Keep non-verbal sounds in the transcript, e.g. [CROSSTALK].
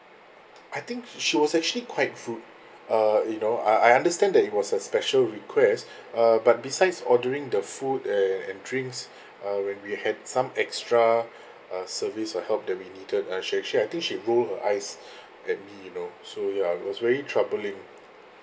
I think sh~ she was actually quite rude uh you know I I understand that it was a special request [BREATH] uh but besides ordering the food and and drinks [BREATH] uh when we had some extra [BREATH] uh service or help that we needed uh she actually I think she rolled her eyes [BREATH] at me you know so ya it was very troubling